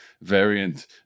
variant